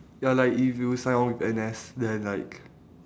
ya like if you sign on with N_S then like